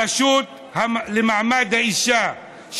הרשות למעמד האישה,